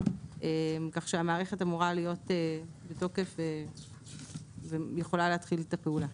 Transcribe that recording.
כך שהמערכת אמורה להיות בתוקף ויכולה להתחיל את הפעולה.